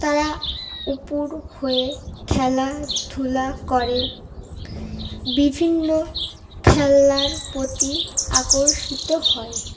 তারা উপুর হয়ে খেলাধুলা করে বিভিন্ন খেলার প্রতি আকর্ষিত হয়